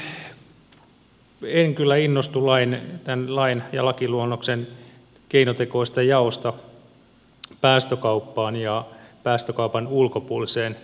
kolmanneksi en kyllä innostu tämän lakiluonnoksen keinotekoisesta jaosta päästökauppaan ja päästökaupan ulkopuoliseen sektoriin